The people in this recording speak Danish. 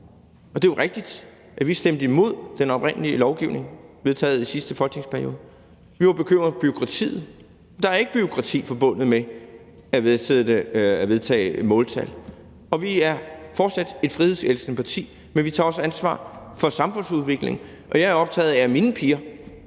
Det er jo rigtigt, at vi stemte imod den oprindelige lovgivning vedtaget i sidste folketingsperiode. Vi var bekymret for bureaukratiet, men der er ikke bureaukrati forbundet med at vedtage måltal. Vi er fortsat et frihedselskende parti, men vi tager også ansvar for samfundsudviklingen, og jeg er optaget af, at mine piger